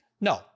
No